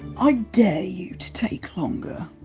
i dare you to take longer.